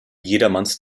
jedermanns